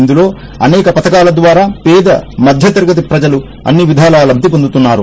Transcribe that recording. ఇందులో అనేక పథకాల ద్వారా పేద మధ్య తరగతి ప్రజలు అన్ని విధాలా లబ్ది పొందుతున్సారు